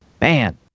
Man